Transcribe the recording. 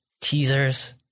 teasers